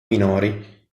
minori